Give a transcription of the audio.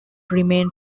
remained